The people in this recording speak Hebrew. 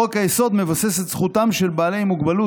חוק-היסוד מבסס את זכותם של בעלי מוגבלות